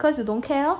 cause you don't care lor